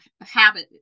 habit